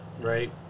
right